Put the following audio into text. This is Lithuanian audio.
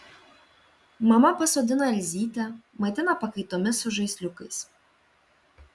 mama pasodina elzytę maitina pakaitomis su žaisliukais